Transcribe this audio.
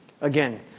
Again